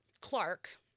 Clark